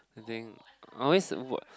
think I always watch